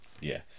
Yes